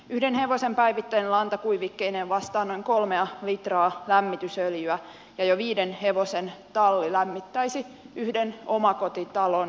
yhden hevosen päivittäinen lanta kuivikkeineen vastaa noin kolmea litraa lämmitysöljyä ja jo viiden hevosen talli lämmittäisi yhden omakotitalon ympäri vuoden